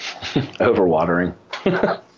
Overwatering